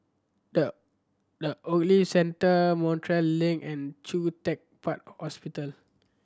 the The Ogilvy Centre Montreal Link and Choo Teck Puat Hospital